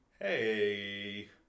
Hey